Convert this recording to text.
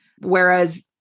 Whereas